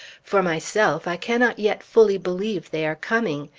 for myself, i cannot yet fully believe they are coming.